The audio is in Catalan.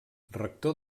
rector